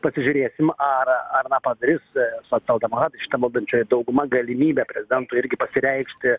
pasižiūrėsim ar ar na padarys socialdemokratai šita valdančioji dauguma galimybę prezidentui irgi pasireikšti